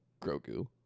Grogu